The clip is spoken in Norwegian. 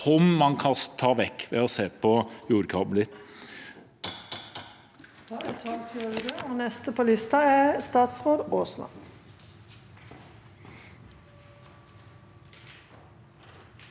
som man kan ta vekk ved å se på jordkabler.